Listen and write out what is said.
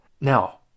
Now